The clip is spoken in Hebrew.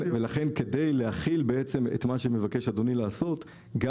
כדי להחיל את מה שמבקש אדוני לעשות גם